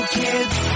kids